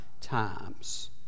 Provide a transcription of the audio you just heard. times